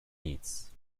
nic